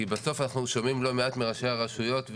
כי בסוף אנחנו שומעים לא מעט מראשי הרשויות,